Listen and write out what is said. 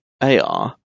AR